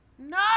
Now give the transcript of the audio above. no